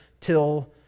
till